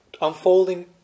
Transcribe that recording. unfolding